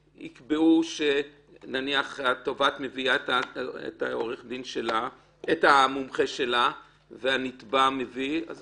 יקבעו שגם התובעת מביאה את המומחה שלה וגם הנתבע מביא את המומחה שלו,